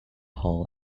hall